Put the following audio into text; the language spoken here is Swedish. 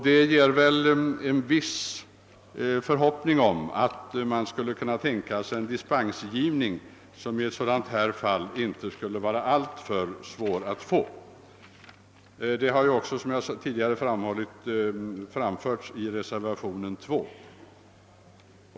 Detta leder väl till vissa förhoppningar om att det i ett fall som detta skulle kunna tänkas inte vara alltför svårt att få dispens medgiven. Denna tankegång har också, såsom jag tidigare framhållit, framförts i reservationen 2.